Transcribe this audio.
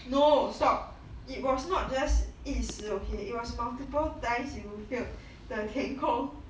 no stop it was not just 一时 okay it was mulitiply times you failed the 填空